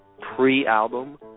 pre-album